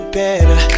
better